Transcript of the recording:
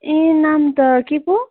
ए नाम त के पो